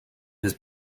his